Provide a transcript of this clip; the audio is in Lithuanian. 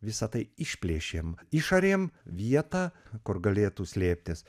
visą tai išplėšėm išardėm vietą kur galėtų slėptis